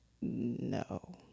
No